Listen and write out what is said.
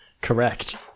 correct